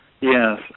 Yes